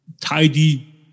Tidy